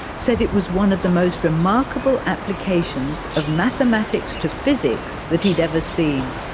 said it was one of the most remarkable applications of mathematics to physics that he'd ever seen.